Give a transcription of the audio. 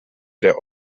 der